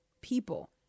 People